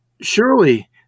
surely